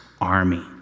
army